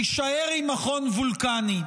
תישאר עם מכון וולקני.